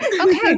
okay